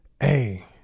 Hey